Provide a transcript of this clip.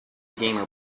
gamer